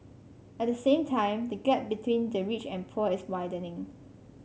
at the same time the gap between the rich and poor is widening